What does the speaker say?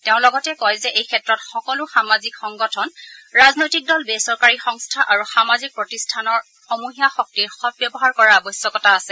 তেওঁ লগতে কয় যে এই ক্ষেত্ৰত সকলো সামাজিক সংগঠন ৰাজনৈতিক দল বেচৰকাৰী সংস্থা আৰু সামাজিক প্ৰতিষ্ঠানৰ সমূহীয়া শক্তিৰ সদব্যৱহাৰ কৰাৰ আৱশ্যকতা আছে